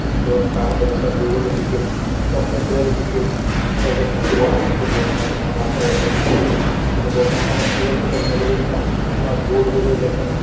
স্কুলত ছাৰহঁতে যেতিয়া বৰ্ডত লিখিছিল চক পেঞ্চিলে লিখিছিল মুচিবৰ কাৰণে সেই বৰ্ডখনত আপোনাৰ ডাষ্টাৰ ব্যৱহাৰ কৰিছিল কিন্তু বৰ্তমান সময়ত কি হৈছে টেকনলজীৰ দিনত আপোনাৰ বৰ্ড হৈ গ'ল ইলেক্ট্ৰনিক